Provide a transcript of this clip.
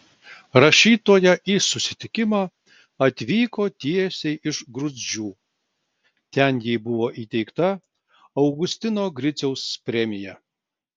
rašytoja į susitikimą atvyko tiesiai iš gruzdžių ten jai buvo įteikta augustino griciaus premija